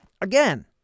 again